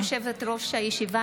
ברשות יושבת-ראש הישיבה,